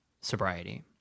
sobriety